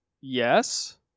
yes